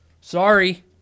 Sorry